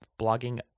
blogging